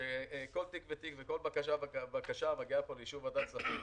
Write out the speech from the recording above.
שכל תיק ותיק וכל בקשה ובקשה מגיעים לאישור ועדת הכספים,